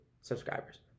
subscribers